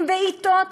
עם בעיטות,